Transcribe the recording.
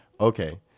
Okay